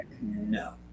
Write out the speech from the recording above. No